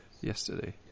yesterday